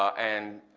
and,